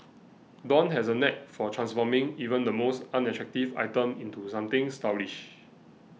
dawn has a knack for transforming even the most unattractive item into something stylish